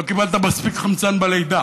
לא קיבלת מספיק חמצן בלידה